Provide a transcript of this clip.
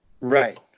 Right